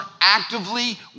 actively